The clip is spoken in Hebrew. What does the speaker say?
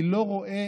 אני לא רואה